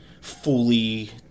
fully